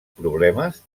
problemes